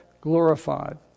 glorified